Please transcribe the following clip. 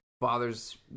bothers